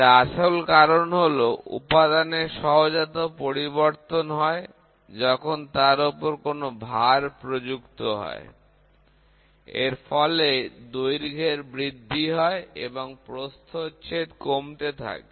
এর আসল কারণ হলো উপাদানের সহজাত পরিবর্তন হয় যখন তার ওপর কোনো ভার প্রযুক্ত হয় এর ফলে দৈর্ঘ্যের বৃদ্ধি হয় এবং প্রস্থচ্ছেদ কমতে থাকে